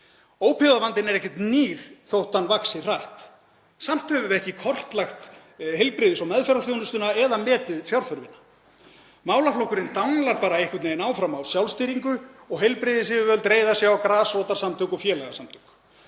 Ópíóíðavandinn er ekkert nýr þótt hann vaxi hratt. Samt höfum við ekki kortlagt heilbrigðis- og meðferðarþjónustuna eða metið fjárþörfina. Málaflokkurinn danglar bara einhvern veginn áfram á sjálfstýringu og heilbrigðisyfirvöld reiða sig á grasrótarsamtök og félagasamtök.